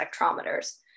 spectrometers